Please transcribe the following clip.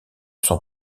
sent